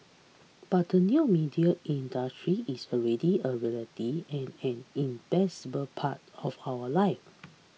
but the new media industry is already a reality and an indispensable part of our live